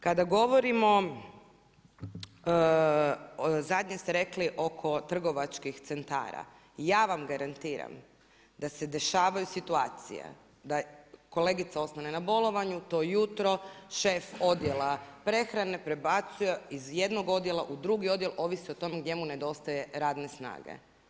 Kada govorimo, zadnje ste rekli, oko trgovačkih centara, ja vam garantiram da se dešavaju situacije, kolegica ostane na bolovanje to jutro, šef odjela prehrane prebacuje iz jednog odjela u drugi odjel, ovisi o tome gdje mu nedostaje radne snage.